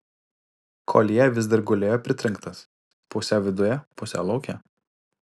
koljė vis dar gulėjo pritrenktas pusiau viduje pusiau lauke